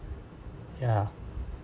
ya